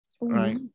right